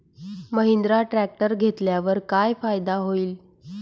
Mahindra tractor घेतल्यावर काय फायदा होईल?